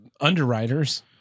underwriters